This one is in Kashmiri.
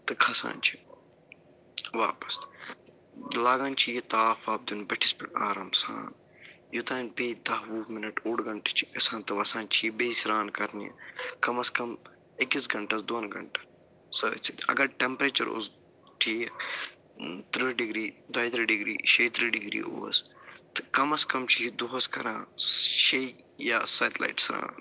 تہٕ کھسان چھِ واپس لگان چھِ یہِ تاپھ واپھ دیُن بٔٹھِس پٮ۪ٹھ آرام سان یوٚتام بیٚیہِ دَہ وُہ منٛٹ اوٚڑ گنٛٹہٕ چھِ گَژھان تہٕ وسان چھُ یہِ بیٚیہِ سرٛان کَرنہِ کمس کم أکِس گنٛٹس دوٚن گنٛٹن سۭتۍ سۭتۍ اگر ٹٮ۪مپیچر اوس ٹھیٖک تٕرٛہ ڈگری دۄیہِ تٕرٛہ ڈگری شیٚیہِ تٕرٛہ ڈگری اوس تہٕ کَمس کَم چھِ یہِ دۄہس کَران شیٚیہِ یا سَتہِ لَٹہِ سران